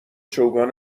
چوگان